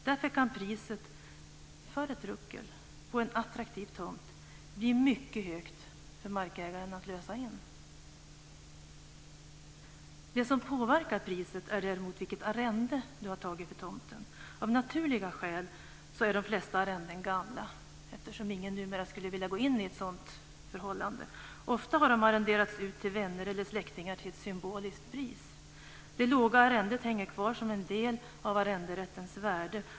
Därför kan priset för ett ruckel på en attraktiv tomt bli mycket högt för markägaren att lösa in. Det som påverkar priset är däremot vilket arrende du har tagit för tomten. Av naturliga skäl är de flesta arrenden gamla eftersom ingen numera skulle vilja gå in i ett sådant förhållande. Ofta har marken arrenderats ut till vänner eller släktingar till ett symboliskt pris. Det låga arrendet hänger kvar som en del av arrenderättens värde.